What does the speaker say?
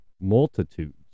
Multitudes